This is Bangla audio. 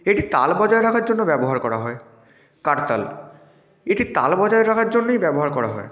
এটি তাল বজায় রাখার জন্য ব্যবহার করা হয় করতাল এটি তাল বজায় রাখার জন্যেই ব্যবহার করা হয়